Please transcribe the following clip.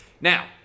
Now